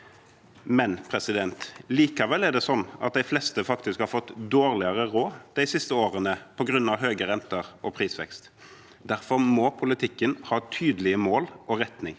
virker. Likevel er det sånn at de fleste faktisk har fått dårligere råd de siste årene på grunn av høye renter og prisvekst. Derfor må politikken ha tydelige mål og retning.